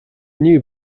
new